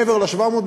מעבר ל-700.